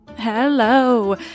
Hello